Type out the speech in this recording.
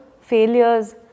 failures